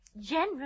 General